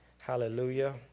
Hallelujah